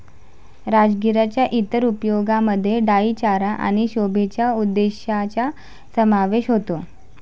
राजगिराच्या इतर उपयोगांमध्ये डाई चारा आणि शोभेच्या उद्देशांचा समावेश होतो